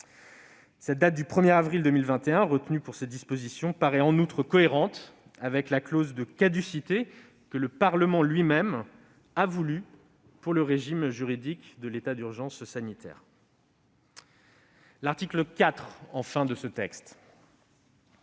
La date du 1 avril 2021, retenue pour ces dispositions, paraît cohérente avec la clause de caducité que le Parlement a lui-même introduite pour le régime juridique de l'état d'urgence sanitaire. L'article 4 ne conduit